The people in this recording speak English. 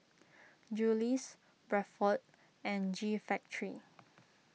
Julie's Bradford and G Factory